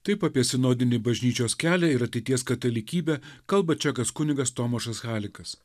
taip apie sinodinį bažnyčios kelią ir ateities katalikybę kalba čekas kunigas tomašas halikas